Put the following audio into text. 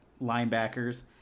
linebackers